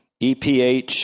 EPH